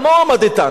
על מה הוא עמד איתן?